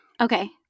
Okay